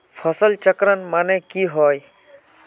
फसल चक्रण माने की होय?